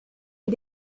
est